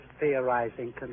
theorizing